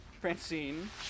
Francine